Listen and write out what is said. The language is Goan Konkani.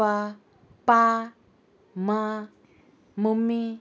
पप्पा पा मां मम्मी